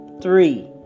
Three